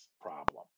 problem